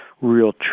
real